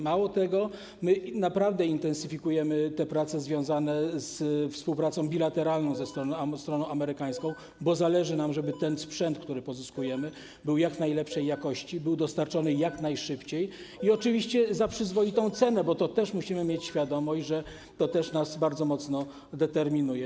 Mało tego, naprawdę intensyfikujemy prace związane ze współpracą bilateralną ze stroną amerykańską, bo zależy nam na tym, żeby sprzęt, który pozyskujemy, był jak najlepszej jakości i był dostarczony jak najszybciej i oczywiście za przyzwoitą cenę, bo musimy mieć świadomość, że to nas bardzo mocno determinuje.